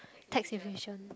tax evasion